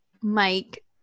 Mike